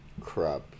crap